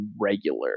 regular